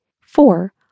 Four